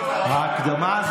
אני לא שומע.